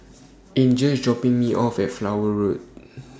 Angel IS dropping Me off At Flower Road